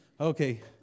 Okay